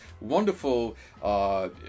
wonderful